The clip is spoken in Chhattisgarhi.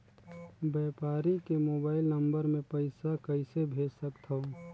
व्यापारी के मोबाइल नंबर मे पईसा कइसे भेज सकथव?